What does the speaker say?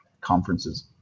conferences